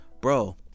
Bro